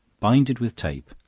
bind it with tape,